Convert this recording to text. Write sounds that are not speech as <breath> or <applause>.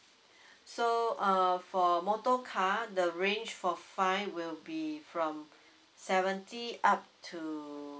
<breath> so uh for motor car the range for fine will be from <breath> seventy up to